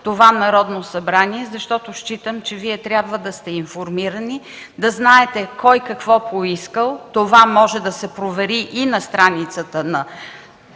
това Народно събрание, защото считам, че Вие трябва да сте информирани, да знаете кой какво е поискал. Това може да се провери и на страницата на